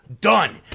Done